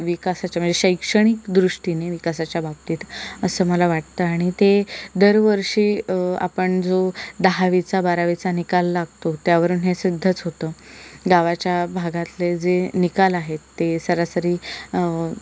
विकासाच्या मजे शैक्षणिक दृष्टीने विकासाच्या बाबतीत असं मला वाटतं आणि ते दर वर्षी आपण जो दहावीचा बारावीचा निकाल लागतो त्यावरून हे सिद्धच होतं गावाच्या भागातले जे निकाल आहेत ते सरासरी